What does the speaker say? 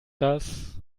das